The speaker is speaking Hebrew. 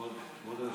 כבוד היושב-ראש,